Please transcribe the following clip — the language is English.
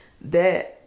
that